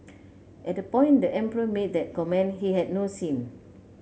at the point the emperor made that comment he had no sin